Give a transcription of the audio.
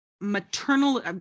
maternal